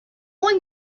one